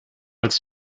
als